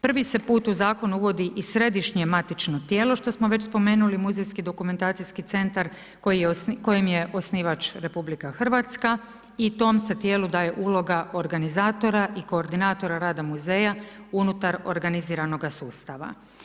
Prvi se put u zakon uvodi i središnje matično tijelo, što smo već spomenuli, muzejski dokumentacijski centar kojim je osnivač RH i tom se tijelu daje uloga organizatora i koordinatora rada muzeja unutar organiziranoga sustava.